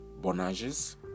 Bonages